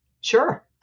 Sure